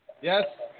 Yes